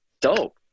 dope